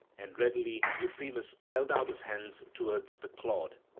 and readily euphemus held out his hands towards the clod,